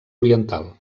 oriental